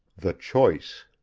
the choice